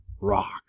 rock